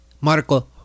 Marco